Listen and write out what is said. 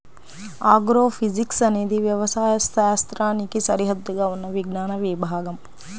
agrophysics అనేది వ్యవసాయ శాస్త్రానికి సరిహద్దుగా ఉన్న విజ్ఞాన విభాగం